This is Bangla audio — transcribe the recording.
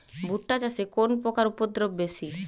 ভুট্টা চাষে কোন পোকার উপদ্রব বেশি?